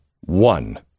one